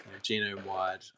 genome-wide